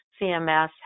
CMS